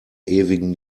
ewigen